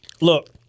Look